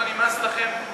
לא נמאס לכם?